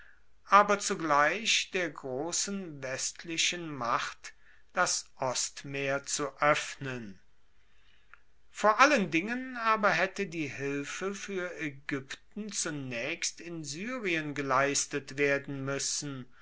aber zugleich der grossen westlichen macht das ostmeer zu oeffnen vor allen dingen aber haette die hilfe fuer aegypten zunaechst in syrien geleistet werden muessen